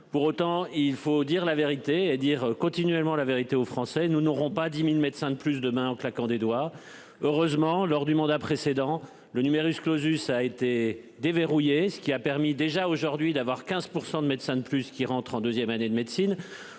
Pour autant, il faut dire la vérité et dire continuellement la vérité aux Français, nous n'aurons pas 10.000 médecins de plus demain en claquant des doigts, heureusement lors du mandat précédent le numerus clausus a été déverrouiller. Ce qui a permis déjà aujourd'hui d'avoir 15% de médecins de plus qui rentre en deuxième année de médecine.